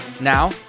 Now